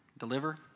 Deliver